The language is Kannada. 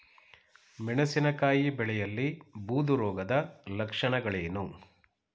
ಮೆಣಸಿನಕಾಯಿ ಬೆಳೆಯಲ್ಲಿ ಬೂದು ರೋಗದ ಲಕ್ಷಣಗಳೇನು?